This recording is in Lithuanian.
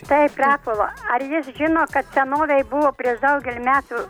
taip rapolo ar jis žino kad senovėj buvo prieš daugel metų